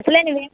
అసలే నువ్వు ఏమి